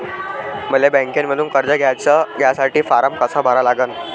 मले बँकेमंधून कर्ज घ्यासाठी फारम कसा भरा लागन?